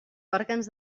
òrgans